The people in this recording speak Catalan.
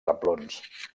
reblons